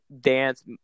dance